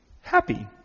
happy